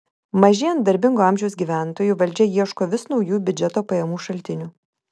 mažėjant darbingo amžiaus gyventojų valdžia ieško vis naujų biudžeto pajamų šaltinių